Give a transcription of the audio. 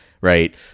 Right